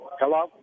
Hello